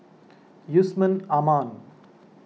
Yusman Aman